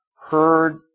heard